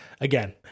again